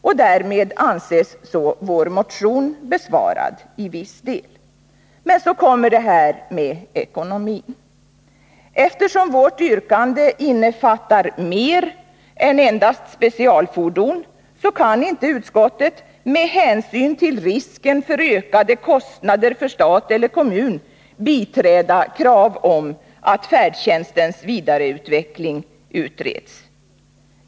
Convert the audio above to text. Och därmed anses vår motion besvarad i viss del. Men så kommer det här med ekonomin. Eftersom vårt yrkande innefattar mer än endast specialfordon så kan inte utskottet med hänsyn till risken för ökade kostnader för stat eller kommun biträda krav på att färdtjänstens vidareutveckling utreds.